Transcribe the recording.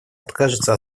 откажутся